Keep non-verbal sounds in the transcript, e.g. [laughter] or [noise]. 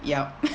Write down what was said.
yup [laughs]